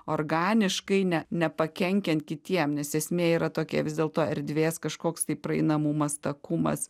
organiškai ne nepakenkian kitiems nes esmė yra tokia vis dėlto erdvės kažkoks tai praeinamumas takumas